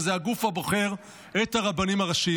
וזה הגוף הבוחר את הרבנים הראשיים.